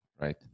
right